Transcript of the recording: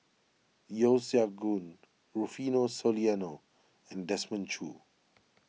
Yeo Siak Goon Rufino Soliano and Desmond Choo